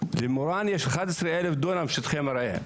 למורן יש 11,000 דונם שטחי מרעה.